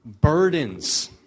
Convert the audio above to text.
burdens